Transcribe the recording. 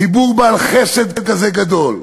ציבור בעל חסד כזה גדול,